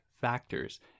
factors